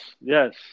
yes